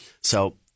So-